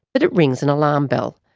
but it rings an alarm bell.